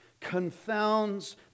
confounds